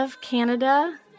Canada